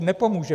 Nepomůže.